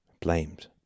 blamed